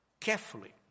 carefully